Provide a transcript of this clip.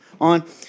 on